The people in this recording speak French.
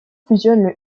fusionne